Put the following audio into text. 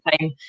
time